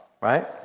right